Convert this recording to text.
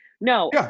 No